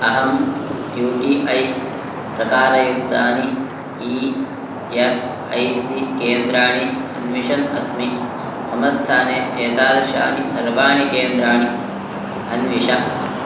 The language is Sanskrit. अहं यू टी ऐ प्रकारयुक्तानि ई एस् ऐ सि केन्द्राणि अन्विषन् अस्मि मम स्थाने एतादृशानि सर्वाणि केन्द्राणि अन्विष